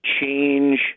change